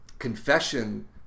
confession